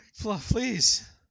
Please